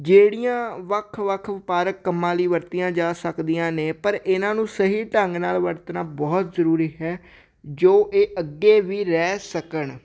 ਜਿਹੜੀਆਂ ਵੱਖ ਵੱਖ ਵਪਾਰਕ ਕੰਮਾਂ ਲਈ ਵਰਤੀਆਂ ਜਾ ਸਕਦੀਆਂ ਨੇ ਪਰ ਇਹਨਾਂ ਨੂੰ ਸਹੀ ਢੰਗ ਨਾਲ ਵਰਤਣਾ ਬਹੁਤ ਜ਼ਰੂਰੀ ਹੈ ਜੋ ਇਹ ਅੱਗੇ ਵੀ ਰਹਿ ਸਕਣ